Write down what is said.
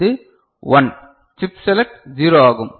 இது 1 chip select 0 ஆகும்